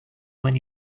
when